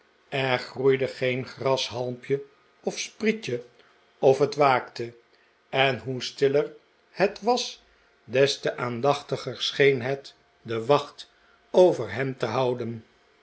er groeide geen grashalmpje of sprietje of het waakte en hoe stiller het was des te aandachtiger scheen het de wacht over hem te houden